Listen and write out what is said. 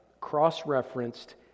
cross-referenced